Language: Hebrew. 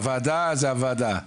בוועדה זה הוועדה,